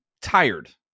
tired